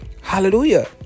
Hallelujah